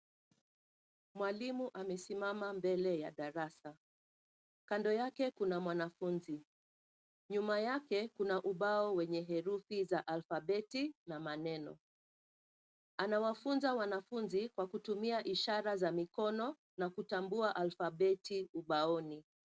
Mwalimu amesimama mbele ya darasa, kando yake kuna mwanafunzi. Nyuma yake kuna ubao wenye herufi za alfabeti na maneno. Anawafunza wanafunzi kwa kutumia ishara za mikono na kutambua alfabeti ubaoni.